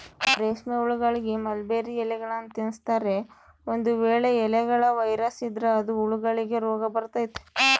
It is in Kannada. ರೇಷ್ಮೆಹುಳಗಳಿಗೆ ಮಲ್ಬೆರ್ರಿ ಎಲೆಗಳ್ನ ತಿನ್ಸ್ತಾರೆ, ಒಂದು ವೇಳೆ ಎಲೆಗಳ ವೈರಸ್ ಇದ್ರ ಅದು ಹುಳಗಳಿಗೆ ರೋಗಬರತತೆ